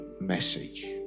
message